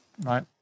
right